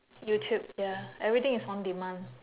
youtube ya everything is on demand